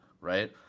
right